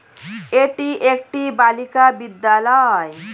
এটি একটি বালিকা বিদ্যালয়